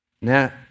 Now